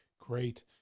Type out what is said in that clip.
Great